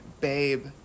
Babe